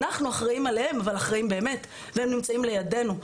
אנחנו אחראים עליהם והם נמצאים לידנו.